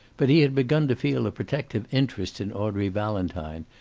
but he had begun to feel a protective interest in audrey valentine,